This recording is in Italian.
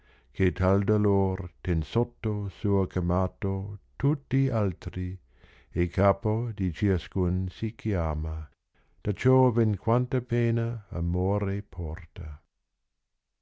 che tal dolor ten sotto soo camato tutti altri e capo di ciascun si chiama da ciò ven quanta pena amore porta